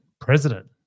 president